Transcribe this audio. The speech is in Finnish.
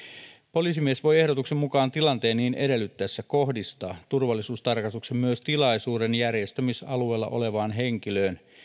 poliisimies voi ehdotuksen mukaan tilanteen niin edellyttäessä kohdistaa turvallisuustarkastuksen myös tilaisuuden järjestämisalueella olevaan henkilöön